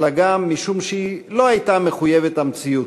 אלא גם משום שהיא לא הייתה מחויבת המציאות,